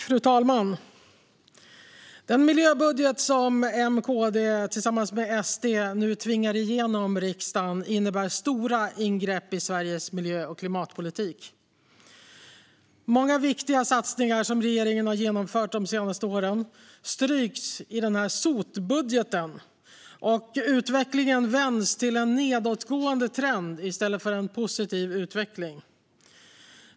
Fru talman! Den miljöbudget som M och KD tillsammans med SD nu tvingar igenom i riksdagen innebär stora ingrepp i Sveriges miljö och klimatpolitik. Många viktiga satsningar som regeringen har genomfört de senaste åren stryks i denna sotbudget, och utvecklingen vänds till en nedåtgående trend i stället för en positiv utveckling.